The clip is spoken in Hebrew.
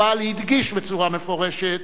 אבל הדגיש בצורה מפורשת: